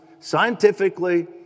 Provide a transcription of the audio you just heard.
Scientifically